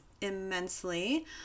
immensely